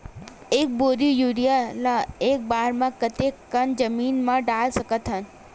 एक बोरी यूरिया ल एक बार म कते कन जमीन म डाल सकत हन?